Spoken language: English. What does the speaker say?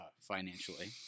financially